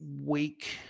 week